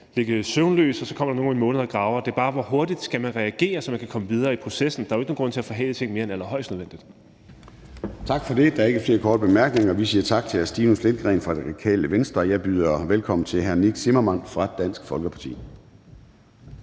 ligge søvnløs, og så kommer der nogen om en måned og graver. Det er bare et spørgsmål om, hvor hurtigt du skal reagere, så man kan komme videre i processen. Der er jo ikke nogen grund til at forhale ting mere end allerhøjst nødvendigt. Kl. 10:57 Formanden (Søren Gade): Tak for det. Der er ikke flere korte bemærkninger. Vi siger tak til hr. Stinus Lindgreen fra Radikale Venstre. Og jeg byder velkommen til hr. Nick Zimmermann fra Dansk Folkeparti.